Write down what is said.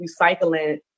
recycling